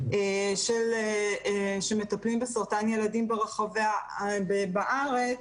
שמטפלים בסרטן ילדים בארץ